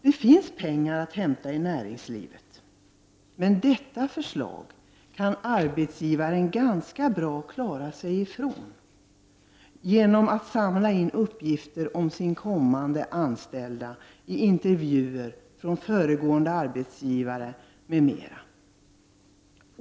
Det finns pengar att hämta i näringslivet, men detta förslag kan arbetsgivaren ganska bra klara sig ifrån genom att samla in uppgifter om sina kommande anställda i intervjuer, från föregående arbetsgivare osv.